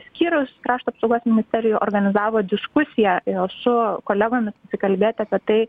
skyrius krašto apsaugos ministerijo organizavo diskusiją su kolegomis kalbėti apie tai